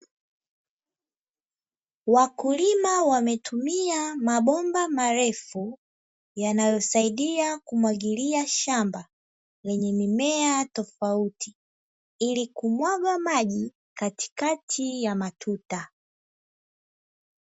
Wakulima wametumia mabomba marefu, yanayosaidia kumwagilia shamba, lenye mimea tofauti ili kumwagwa maji, katikati ya matuta.